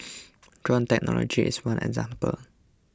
drone technology is one example